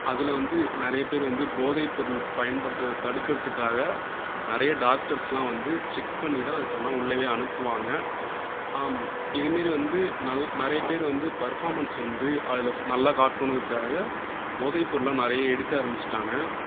அதில் வந்து நிறைய பேர் வந்து போதை பொருள் பயன்படுத்துறதை தடுக்கிறதுக்காக நிறைய டாக்டர்ஸ்லாம் வந்து செக் பண்ணி தான் இப்போலாம் உள்ளவே அனுப்புவாங்க இதுமாரி வந்து நல் நிறைய பேர் வந்து பர்ஃபாமன்ஸ் வந்து அதில் நல்லா காட்டணும்ங்குறதுக்காக போதை பொருள்லாம் நிறைய எடுக்க ஆரம்பிச்சிட்டாங்க